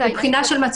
יביא שר הביטחון